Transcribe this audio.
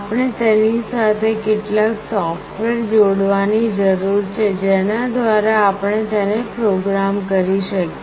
આપણે તેની સાથે કેટલાક સોફ્ટવૅર જોડવાની જરૂર છે જેના દ્વારા આપણે તેને પ્રોગ્રામ કરી શકીએ